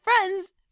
friends